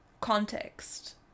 context